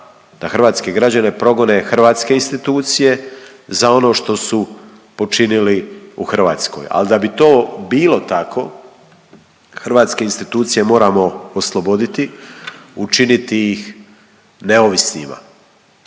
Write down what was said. hrvatske građane progone hrvatske institucije za ono što su počinili u Hrvatskoj al da bi to bilo tako, hrvatske institucije moramo osloboditi, učiniti ih neovisnima.